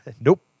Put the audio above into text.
Nope